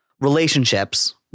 relationships